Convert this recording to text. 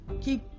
keep